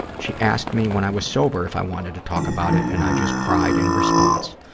she asked me when i was sober if i wanted to talk about it, and i just cried in response.